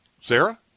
Sarah